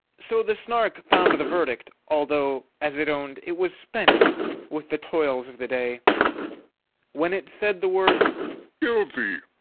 so the snark found the verdict, although, as it owned, it was spent with the toils of the day when it said the word guilty!